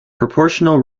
proportional